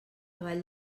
vall